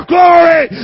Glory